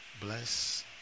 Bless